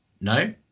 No